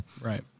Right